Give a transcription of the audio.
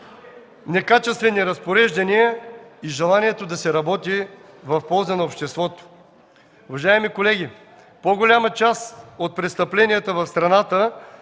некачествени разпореждания и желанието да се работи в полза на обществото. Уважаеми колеги, по-голяма част от престъпленията в страната